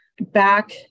back